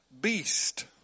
beast